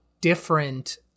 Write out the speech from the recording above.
different